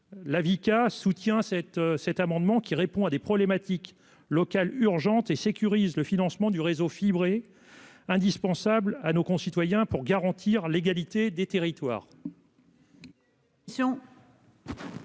la Vicat soutient cet, cet amendement qui répond à des problématiques locales urgente et sécurise le financement du réseau fibré. Indispensable à nos concitoyens pour garantir l'égalité des territoires.